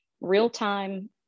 real-time